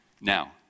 Now